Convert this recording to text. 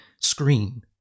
screen